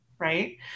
right